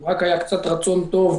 אם היה קצת רצון טוב,